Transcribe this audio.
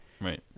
right